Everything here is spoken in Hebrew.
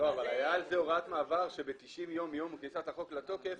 אבל הייתה הוראת מעבר שב-90 יום מיום כניסת החוק לתוקף,